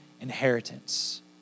inheritance